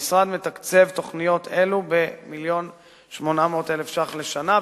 המשרד מתקצב תוכניות אלו ב-1.8 מיליון שקלים לשנה,